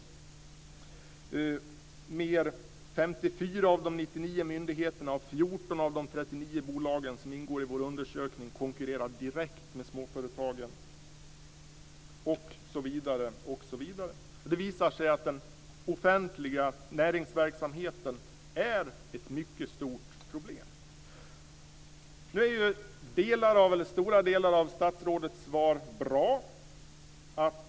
Vidare står det att 54 av de 99 myndigheterna och 14 av de 39 bolagen som ingår i undersökningen konkurrerar direkt med småföretagen osv. Det visar sig att den offentliga näringsverksamheten är ett mycket stort problem. Stora delar av statsrådets svar är bra.